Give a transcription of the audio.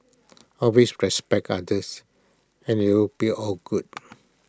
always respect others and IT will be all good